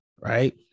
right